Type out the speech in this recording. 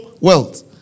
wealth